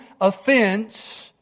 offense